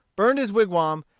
burned his wigwam,